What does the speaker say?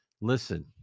Listen